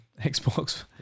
Xbox